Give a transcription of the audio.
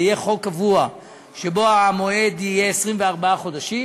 ויהיה חוק קבוע שבו המועד יהיה 24 חודשים.